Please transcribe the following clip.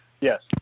Yes